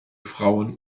frauen